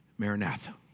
Maranatha